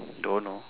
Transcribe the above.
don't know